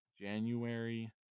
January